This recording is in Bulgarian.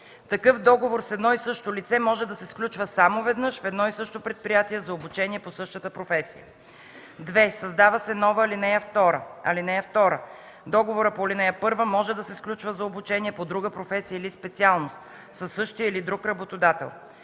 Такъв договор с едно и също лице може да се сключва само веднъж в едно и също предприятие за обучение по същата професия.” 2. Създава се нова ал. 2: „(2) Договорът по ал. 1 може да се сключва за обучение по друга професия или специалност със същия или друг работодател.”